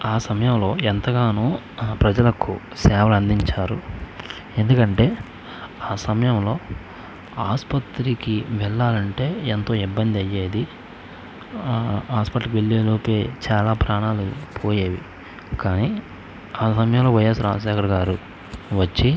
ఆ సమయంలో ఎంతగానో ఆ ప్రజలకు సేవలు అందించారు ఎందుకంటే ఆ సమయంలో ఆసుపత్రికి వెళ్ళాలంటే ఎంతో ఇబ్బంది అయ్యేది హాస్పిటల్కి వెళ్ళేలోపే చాలా ప్రాణాలు పోయేవి కానీ ఆ సమయంలో వైయస్ రాజశేఖర్ గారు వచ్చి